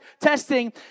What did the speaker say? testing